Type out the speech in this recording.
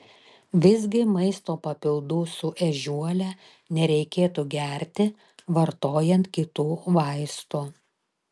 visgi maisto papildų su ežiuole nereikėtų gerti vartojant kitų vaistų